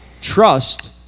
trust